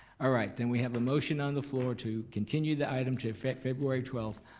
alright, then we have a motion on the floor to continue the item to february twelfth,